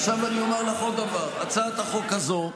עכשיו אומר לך עוד דבר: הצעת החוק הזו,